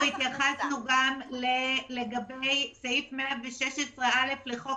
אנחנו התייחסנו גם לגבי סעיף 116(א) לחוק